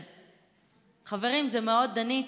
חברים, דנית,